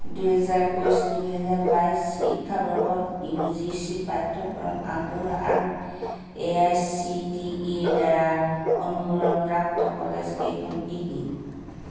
দুহেজাৰ একৈছ দুহেজাৰ বাইছ শিক্ষাবৰ্ষত ইউ জি চি পাঠ্যক্ৰম আগবঢ়োৱা আৰু A I C T E ৰ দ্বাৰা অনুমোদন প্ৰাপ্ত কলেজকেইখন কি কি